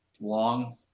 Long-